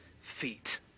feet